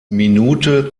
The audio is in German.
minute